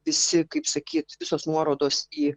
visi kaip sakyt visos nuorodos į